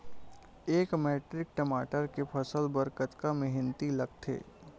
एक मैट्रिक टमाटर के फसल बर कतका मेहनती लगथे?